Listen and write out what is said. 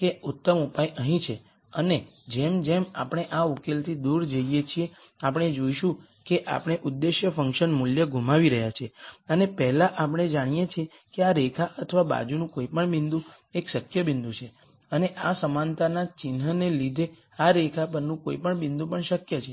કે ઉત્તમ ઉપાય અહીં છે અને જેમ જેમ આપણે આ ઉકેલથી દૂર જઈએ છીએ આપણે જોશું કે આપણે ઉદ્દેશ ફંકશન મૂલ્ય ગુમાવી રહ્યા છીએ અને પહેલાં આપણે જાણીએ છીએ કે આ રેખા અથવા બાજુનું કોઈપણ બિંદુ એક શક્ય બિંદુ છે અને આ સમાનતા ચિન્હને લીધે આ રેખા પરનું કોઈપણ બિંદુ પણ શક્ય છે